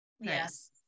Yes